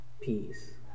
Peace